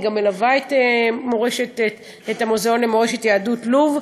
אני גם מלווה את המוזיאון למורשת יהדות לוב.